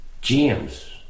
James